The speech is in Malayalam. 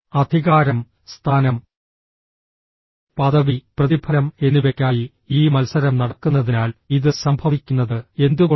അധികാരം സ്ഥാനം പദവി പ്രതിഫലം എന്നിവയ്ക്കായി ഈ മത്സരം നടക്കുന്നതിനാൽ ഇത് സംഭവിക്കുന്നത് എന്തുകൊണ്ട്